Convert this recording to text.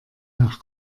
nach